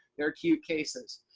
they're cute cases.